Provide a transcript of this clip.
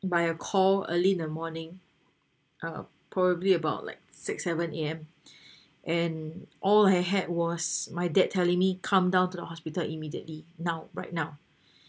by a call early in the morning ah probably about like six seven A_M and all I had was my dad telling me come down to the hospital immediately now right now